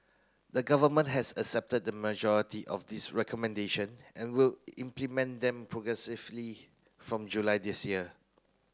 the Government has accepted the majority of these recommendation and will implement them progressively from July this year